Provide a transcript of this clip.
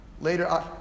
later